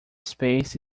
space